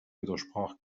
widersprach